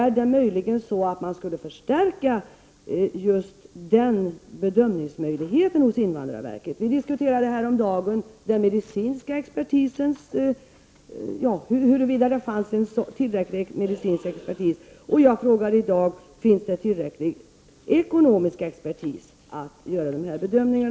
Är det möjligen så att just den bedömningsmöjligheten behöver förstärkas hos invandrarverket? Vi diskuterade häromdagen huruvida det fanns tillräcklig medicinsk expertis. Jag frågar i dag: Finns det tillräcklig ekonomisk expertis för att göra dessa bedömningar?